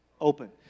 Open